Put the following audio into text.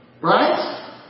Right